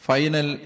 Final